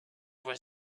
was